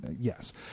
Yes